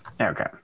Okay